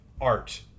art